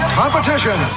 competition